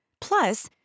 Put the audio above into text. Plus